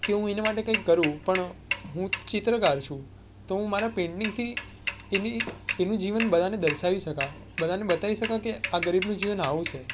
કે હું એના માટે કંઈક કરું પણ હું ચિત્રકાર છું તો હું મારા પેંઈન્ટિંગથી એની એનું જીવન બધાને દર્શાવી શકા બધાને બતાવી શકા કે આ ગરીબનું જીવન આવું છે